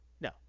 no